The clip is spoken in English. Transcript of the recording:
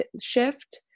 shift